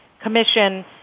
Commission